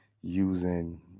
using